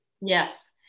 Yes